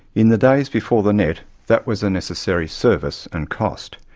in the days before the net that was a necessary service and cost,